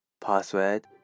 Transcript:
Password